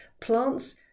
plants